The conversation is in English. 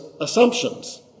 assumptions